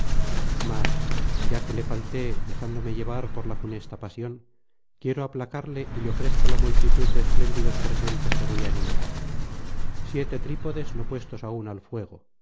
mas ya que le falté dejándome llevar por la funesta pasión quiero aplacarle y le ofrezco la multitud de espléndidos presentes que voy á enumerar siete trípodes no puestos aún al fuego